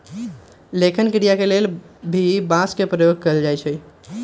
लेखन क्रिया के लेल भी बांस के प्रयोग कैल जाई छई